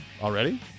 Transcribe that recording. Already